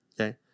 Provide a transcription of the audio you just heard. Okay